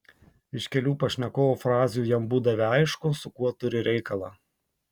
iš kelių pašnekovo frazių jam būdavę aišku su kuo turi reikalą